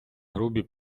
грубі